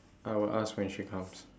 I will ask when she comes